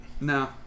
no